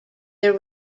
their